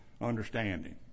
understanding